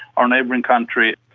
our neighbouring country,